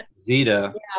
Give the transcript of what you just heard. Zeta